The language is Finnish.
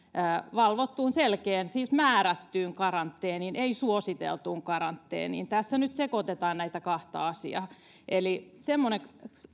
valvottuun selkeään siis määrättyyn ei suositeltuun karanteeniin tässä nyt sekoitetaan näitä kahta asiaa eli semmoinen